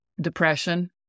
depression